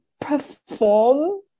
perform